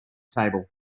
table